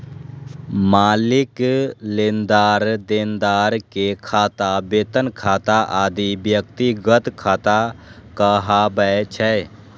मालिक, लेनदार, देनदार के खाता, वेतन खाता आदि व्यक्तिगत खाता कहाबै छै